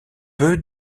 peu